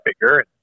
bigger